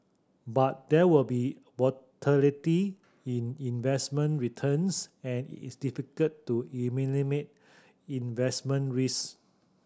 but there will be in investment returns and it is difficult to eliminate investment risk